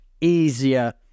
easier